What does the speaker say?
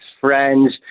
friends